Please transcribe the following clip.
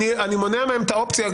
אני מונע מהם את האופציה,